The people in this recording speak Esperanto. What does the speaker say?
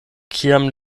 kiam